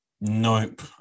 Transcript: Nope